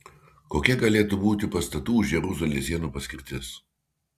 kokia galėtų būti pastatų už jeruzalės sienų paskirtis